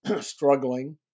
struggling